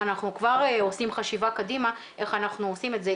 אנחנו כבר עושים חשיבה קדימה איך אנחנו עושים את זה.